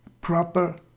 proper